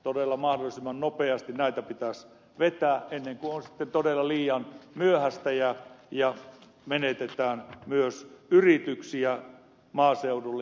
todella mahdollisimman nopeasti näitä pitäisi vetää ennen kuin on sitten todella liian myöhäistä ja menetetään myös yrityksiä maaseudulla